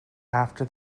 after